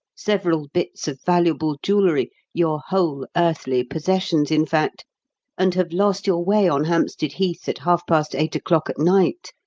several bits of valuable jewellery your whole earthly possessions, in fact and have lost your way on hampstead heath at half-past eight o'clock at night,